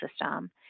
system